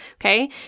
Okay